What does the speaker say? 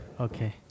Okay